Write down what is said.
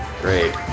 Great